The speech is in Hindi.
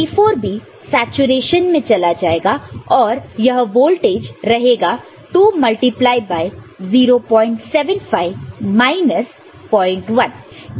अब T4 भी सैचूरेशन में चला जाएगा और वह वोल्टेज रहेगा 2 मल्टीप्लाई बाय 075 माइनस 01